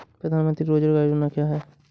प्रधानमंत्री रोज़गार योजना क्या है?